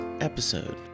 episode